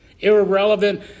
Irrelevant